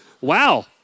Wow